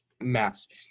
massive